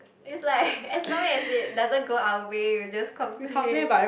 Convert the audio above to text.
is like as long as it doesn't go our way we just complain